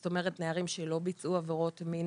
זאת אומרת נערים שלא ביצעו עבירות מין